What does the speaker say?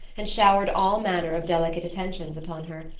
and showered all manner of delicate attentions upon her.